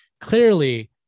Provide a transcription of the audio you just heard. clearly